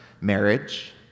marriage